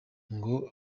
ngo